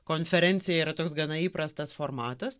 konferencija yra toks gana įprastas formatas